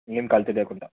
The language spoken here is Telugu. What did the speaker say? ఏం కల్తీ లేకుండా